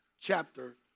chapter